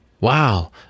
wow